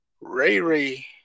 Ray-Ray